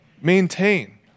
maintain